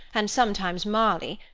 and sometimes marley,